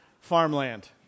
farmland